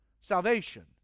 salvation